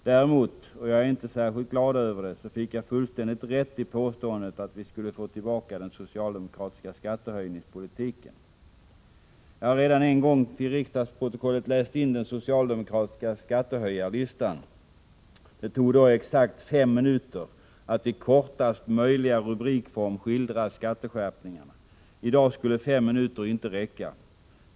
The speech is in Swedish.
Däremot — och jag är inte särskilt glad över det — fick jag fullständigt rätt i påståendet att vi skulle få tillbaka den socialdemokratiska skattehöjningspolitiken. Jag har redan en gång till riksdagsprotokollet läst in den socialdemokratiska skattehöjningslistan. Det tog då exakt fem minuter att i kortaste möjliga rubrikform skildra skatteskärpningarna. I dag skulle fem minuter inte räcka.